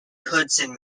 hudson